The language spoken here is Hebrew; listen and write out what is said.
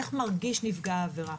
איך מרגיש נפגע העבירה,